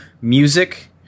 music